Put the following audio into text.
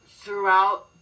throughout